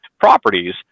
properties